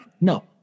No